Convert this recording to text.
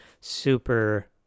Super